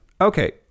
Okay